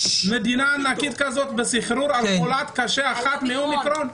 מדינה ענקית כזאת בסחרור על חולה קשה אחת ב-אומיקרון?